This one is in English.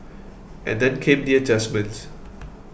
and then came the adjustments